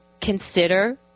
consider